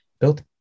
built